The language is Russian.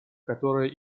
которая